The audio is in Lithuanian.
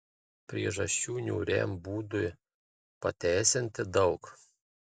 priežasčių niūriam būdui pateisinti daug